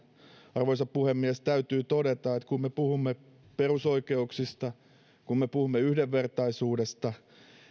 arvoisa puhemies täytyy todeta että kun me puhumme perusoikeuksista kun me puhumme yhdenvertaisuudesta